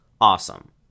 Awesome